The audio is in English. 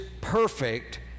perfect